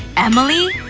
emily,